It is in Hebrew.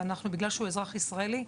ומכיוון שהוא אזרח ישראלי,